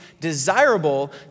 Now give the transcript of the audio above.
desirable